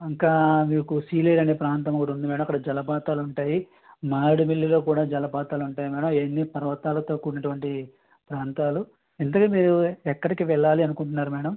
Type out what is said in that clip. ఇంకా మీకు సీలేరు అనే ప్రాంతం ఒకటి ఉంది అక్కడ జలపాతాలు ఉంటాయి మారేడుమిల్లిలో కూడా జలపాతలు ఉంటాయి మేడమ్ ఇవన్నీ పర్వతాలతో కూడినటువంటి ప్రాంతాలు ఇంతకీ మీరు ఎక్కడికి వెళ్ళాలి అనుకుంటున్నారు మేడమ్